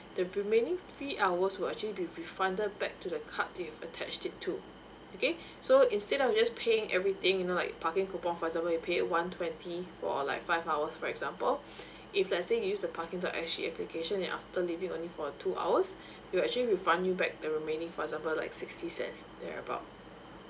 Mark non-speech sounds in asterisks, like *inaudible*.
the remaining three hours will actually be refunded back to the card that you've attached it to okay *breath* so instead of just paying everything you know like parking coupon for example you pay one twenty for like five hours for example *breath* if let's say you use the parking dot S G application then after maybe only for two hours *breath* it will actually refund you back the remaining for example like sixty cents there about